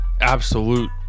Absolute